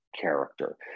character